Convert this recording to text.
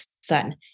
son